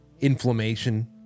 Inflammation